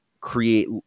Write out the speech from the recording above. create